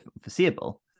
foreseeable